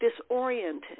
disoriented